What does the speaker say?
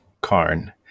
karn